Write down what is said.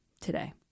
today